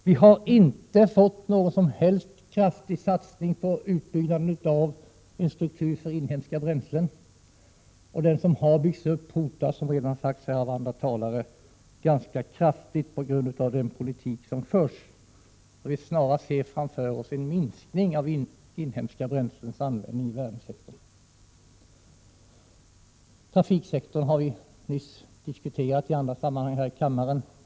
Vi har inte fått någon kraftig satsning på utbyggnad av en struktur för inhemska bränslen — och den struktur som har byggts upp hotas, som redan sagts här av andra talare, ganska kraftigt på grund av den politik som förs. Vad vi ser framför oss är snarast en minskning av användningen av inhemska bränslen i värmesektorn. Trafiksektorn har vi nyligen diskuterat i andra sammanhang här i kammaren.